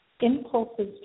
impulses